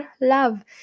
love